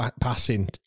passing